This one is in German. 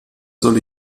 soll